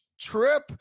trip